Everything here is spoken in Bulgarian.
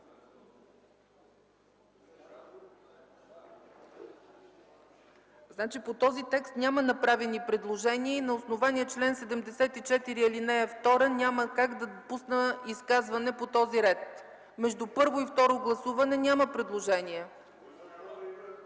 КБ.) По този текст няма направени предложения и на основание чл. 74, ал. 2 няма как да пусна изказване по този ред. Между първо и второ гласуване няма предложения.